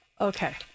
Okay